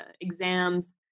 exams